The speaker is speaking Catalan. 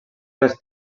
les